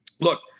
Look